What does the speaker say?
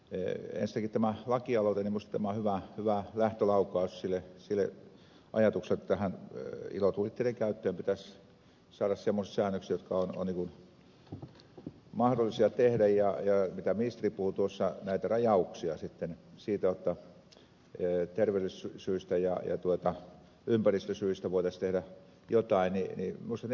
ensinnäkin tämä lakialoite on minusta hyvä lähtölaukaus sille ajatukselle että ilotulitteiden käyttöön pitäisi saada semmoiset säännökset jotka ovat mahdollisia tehdä ja kuten ministeri puhui näitä rajauksia sitten siitä jotta terveydellisistä syistä ja ympäristösyistä voitaisiin tehdä jotain ja minusta ne pitää kanssa tehdä